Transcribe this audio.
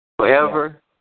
forever